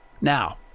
Now